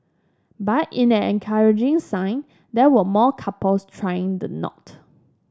but in an encouraging sign there were more couples tying the knot